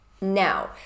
Now